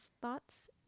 thoughts